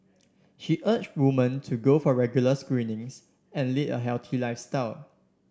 she urged woman to go for regular screenings and lead a healthy lifestyle